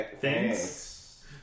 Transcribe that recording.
thanks